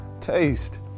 Taste